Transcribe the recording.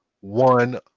one